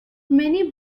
many